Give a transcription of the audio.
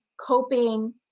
coping